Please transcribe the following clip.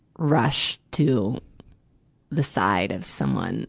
rush to the side of someone